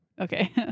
Okay